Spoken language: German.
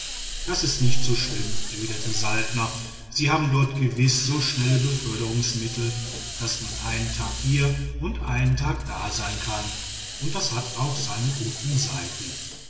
das ist nicht so schlimm erwiderte saltner sie haben dort gewiß so schnelle beförderungsmittel daß man einen tag hier und einen da sein kann und das hat auch seine guten